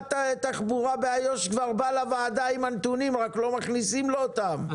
קמ"ט התחבורה באיו"ש כבר בא לוועדה עם הנתונים רק לא מכניסים לו אותם,